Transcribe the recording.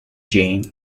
jeanne